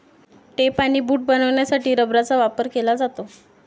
tape आणि boot बनवण्यासाठी रबराचा वापर केला जातो